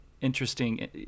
interesting